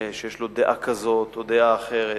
שיש לו דעה כזאת או דעה אחרת.